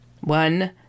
One